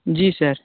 जी sir